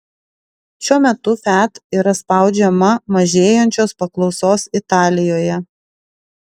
šiuo metu fiat yra spaudžiama mažėjančios paklausos italijoje